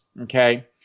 okay